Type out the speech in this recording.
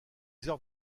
heures